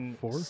Four